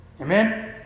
amen